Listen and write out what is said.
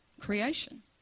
creation